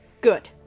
Good